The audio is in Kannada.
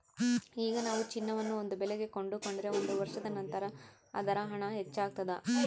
ಈಗ ನಾವು ಚಿನ್ನವನ್ನು ಒಂದು ಬೆಲೆಗೆ ಕೊಂಡುಕೊಂಡರೆ ಒಂದು ವರ್ಷದ ನಂತರ ಅದರ ಹಣ ಹೆಚ್ಚಾಗ್ತಾದ